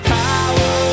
power